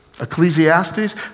Ecclesiastes